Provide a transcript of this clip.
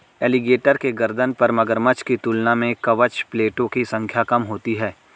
alligator के गर्दन पर मगरमच्छ की तुलना में कवच प्लेटो की संख्या कम होती है